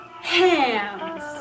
hams